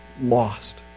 Lost